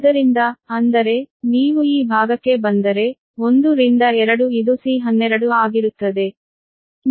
ಆದ್ದರಿಂದ ಅಂದರೆ ನೀವು ಈ ಭಾಗಕ್ಕೆ ಬಂದರೆ 1 ರಿಂದ 2 ಇದು C12 ಆಗಿರುತ್ತದೆ